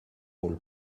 rôle